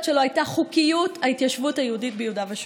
שלו הייתה: חוקיות ההתיישבות היהודית ביהודה ושומרון.